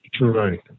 Right